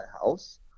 house